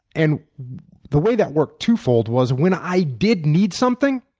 and the way that worked twofold was when i did need something,